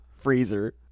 freezer